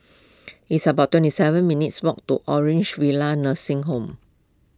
it's about twenty seven minutes' walk to Orange Nursing Home